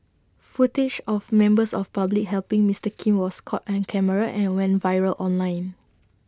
footage of members of public helping Mister Kim was caught on camera and went viral online